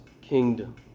kingdom